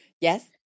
yes